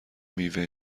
میوه